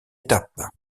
étape